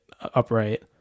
upright